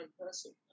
person